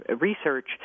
research